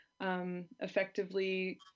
effectively